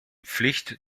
pflicht